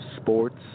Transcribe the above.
Sports